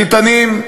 שניתנים,